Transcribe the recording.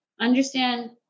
understand